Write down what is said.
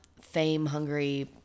fame-hungry